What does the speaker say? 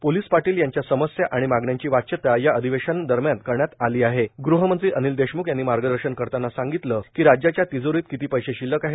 police पाटील यांच्या समस्या व मागण्यांची वाच्यता या अधिवेशना दरम्यान करण्यात आली गृहमंत्री अनिल देशम्ख यांनी मार्गदर्शन करताना सांगितले कि राज्याच्या तिजोरीत किती पैसे शिलक आहेत